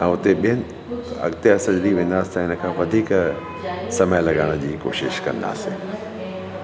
ऐं उते ॿिए हंधि अॻिते वेंदासीं असां इनखां वधीक समय लॻाइण जी कोशिश कंदासीं